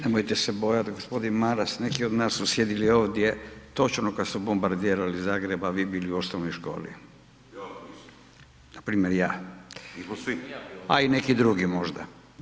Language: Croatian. Nemojte se bojat g. Maras, neki od nas su sjedili ovdje točno kad su bombardirali Zagreb, a vi bili u osnovnoj školi [[Upadica: Ja nisam]] npr. ja [[Upadica: Nismo svi]] [[Upadica: Nisam ni ja bio]] a i neki drugi možda.